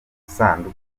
isanduku